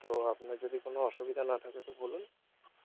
তো আপনার যদি কোনো অসুবিধা না থাকে তো বলুন